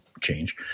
change